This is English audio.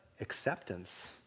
acceptance